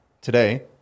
today